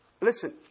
Listen